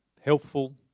helpful